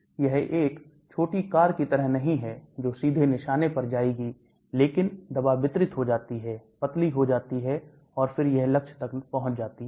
यह एक छोटी कार की तरह नहीं है जो सीधे निशाने पर जाएगी लेकिन दवा वितरित हो जाती है पतली हो जाती है और फिर यह लक्ष्य तक पहुंच जाती है